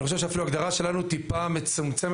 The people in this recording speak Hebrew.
אני חושב שאפילו ההגדרה שלנו טיפה מצמצת